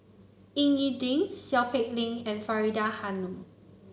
Ying E Ding Seow Peck Leng and Faridah Hanum